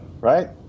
Right